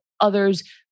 others